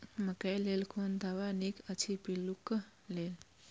मकैय लेल कोन दवा निक अछि पिल्लू क लेल?